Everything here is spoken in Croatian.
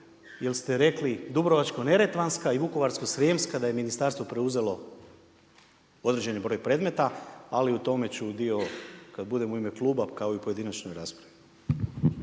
jer ste rekli Dubrovačko-neretvanska i Vukovarsko-srijemska da je ministarstvo preuzelo određeni broj predmeta. Ali o tome ću dio kad budem u ime kluba kao i u pojedinačnoj raspravi.